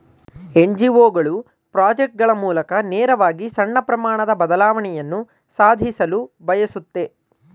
NGO ಗಳು project ಗಳ ಮೂಲಕ ನೇರವಾಗಿ ಸಣ್ಣ ಪ್ರಮಾಣದ ಬದಲಾವಣೆಯನ್ನು ಸಾಧಿಸಲು ಬಯಸುತ್ತೆ